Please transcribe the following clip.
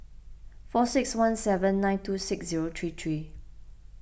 four six one seven nine two six zero three three